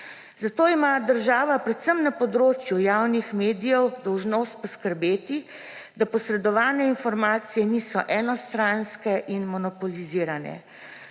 Zato ima država predvsem na področju javnih medijev dolžnost poskrbeti, da posredovane informacije niso enostranske in monopolizirane.